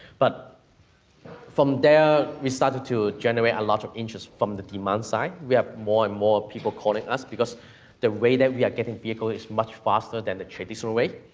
but from there we started to generate a lot of interest from the demand side. we have more and more people calling us, because the rate that we are getting vehicle is much faster than the traditional way.